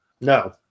No